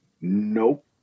Nope